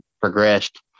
progressed